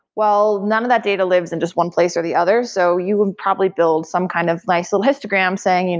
well, none of that data lives in just one place or the other, so you would probably build some kind of nice little histogram saying, and